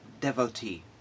devotee